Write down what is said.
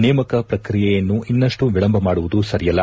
ನೇಮಕ ಪ್ರಕ್ರಿಯೆಯನ್ನು ಇನ್ನಷ್ಟು ವಿಳಂಬ ಮಾಡುವುದು ಸರಿಯಲ್ಲ